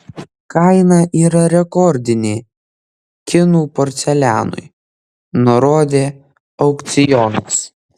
kaina yra rekordinė kinų porcelianui nurodė aukcionas